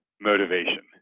motivation